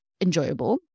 enjoyable